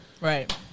Right